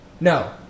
No